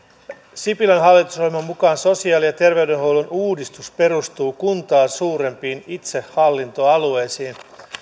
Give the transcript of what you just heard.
sipilän hallitusohjelman mukaan sosiaali ja terveydenhuollon uudistus perustuu kuntaa suurempiin itsehallintoalueisiin